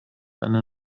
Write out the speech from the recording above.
eine